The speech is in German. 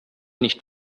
nicht